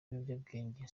ibiyobyabwenge